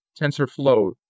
TensorFlow